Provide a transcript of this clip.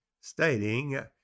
stating